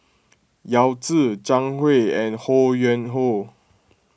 Yao Zi Zhang Hui and Ho Yuen Hoe